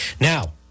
now